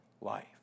life